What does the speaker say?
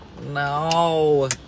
No